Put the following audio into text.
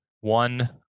one